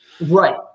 right